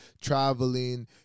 traveling